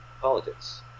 politics